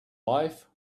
life